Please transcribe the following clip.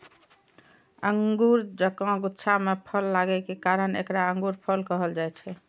अंगूर जकां गुच्छा मे फल लागै के कारण एकरा अंगूरफल कहल जाइ छै